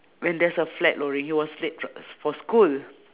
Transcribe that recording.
when there's a flag lowering he was late f~ for school